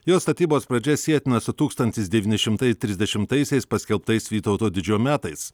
jo statybos pradžia sietina su tūkstantis devyni šimtai trisdešimtaisiais paskelbtais vytauto didžiojo metais